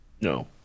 No